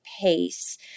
pace